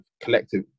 collective